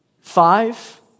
Five